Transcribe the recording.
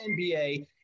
NBA